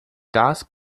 gas